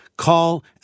call